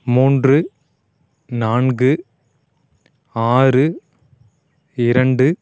மூன்று நான்கு ஆறு இரண்டு